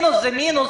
מינוס זה מינוס.